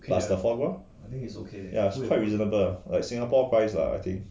plus the foie gras ya it's quite reasonable lah like singapore price lah I think